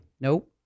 Nope